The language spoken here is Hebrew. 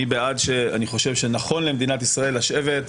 אני חושב שנכון למדינת ישראל לשבת,